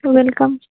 welcome